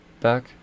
back